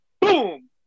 boom